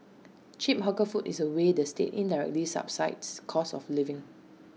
cheap hawker food is A way the state indirectly subsidises cost of living